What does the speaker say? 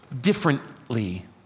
differently